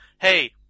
hey